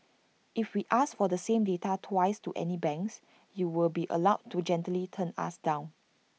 if we ask for the same data twice to any banks you will be allowed to gently turn us down